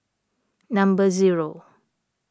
number zero